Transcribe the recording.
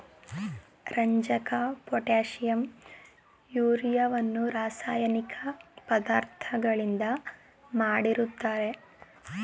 ರಂಜಕ, ಪೊಟ್ಯಾಷಿಂ, ಯೂರಿಯವನ್ನು ರಾಸಾಯನಿಕ ಪದಾರ್ಥಗಳಿಂದ ಮಾಡಿರ್ತರೆ